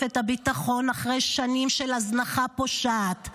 את הביטחון אחרי שנים של הזנחה פושעת.